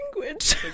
language